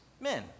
men